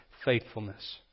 faithfulness